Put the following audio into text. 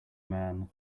man